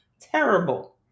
Terrible